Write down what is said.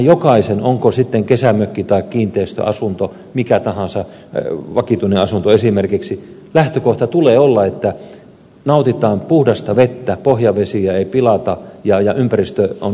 kyllähän onko sitten kyseessä kesämökki tai muu kiinteistö esimerkiksi vakituinen asunto lähtökohta tulee olla että nautitaan puhdasta vettä pohjavesiä ei pilata ja ympäristö on mahdollisimman hyvä